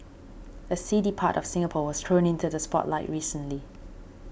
a seedy part of Singapore was thrown into the spotlight recently